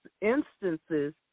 instances